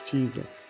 Jesus